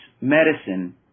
medicine